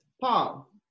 Paul